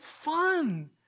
fun